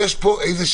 יש פה איזשהו